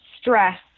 stress